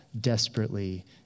desperately